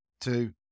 two